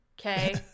Okay